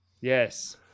Yes